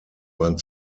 man